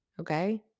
Okay